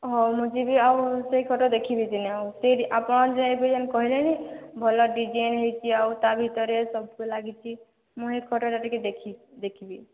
ହେଉ ମୁଁ ଯିବି ଆଉ ସେ ଖଟ ଦେଖିବି ଦିନେ ଆଉ ଫେରବି ଆପଣ ଯେ ଯେମିତି କହିଲେନି ଭଲ ଡିଜାଇନ୍ ହେଇଛି ଆଉ ତା ଭିତରେ ସବୁ ଲାଗିଛି ମୁଁ ଏ ଖଟଟା ଟିକିଏ ଦେଖି ଦେଖିବି